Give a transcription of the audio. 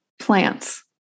plants